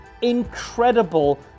incredible